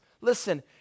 Listen